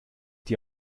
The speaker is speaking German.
dir